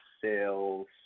sales